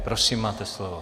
Prosím, máte slovo.